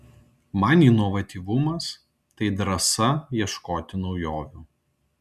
man inovatyvumas tai drąsa ieškoti naujovių